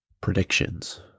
predictions